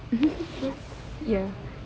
ya